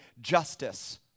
justice